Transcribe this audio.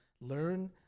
learn